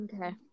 Okay